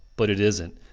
but it isnt.